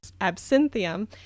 absinthium